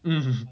mm